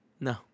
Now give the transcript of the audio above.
No